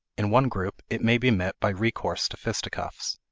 in one group, it may be met by recourse to fisticuffs,